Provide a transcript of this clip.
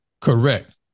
Correct